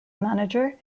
manager